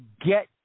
get